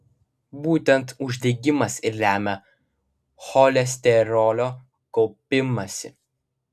būtent uždegimas ir lemia cholesterolio kaupimąsi